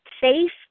safe